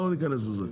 לא ניכנס לזה,